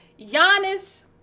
Giannis